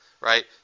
right